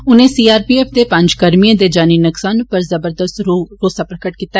उनें C R P F दे पंज कर्मियें दे जानी नुक्सान पर ज़बरदस्त रौह प्रगट कीता